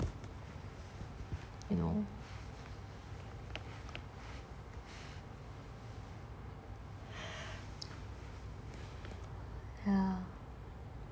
you know ya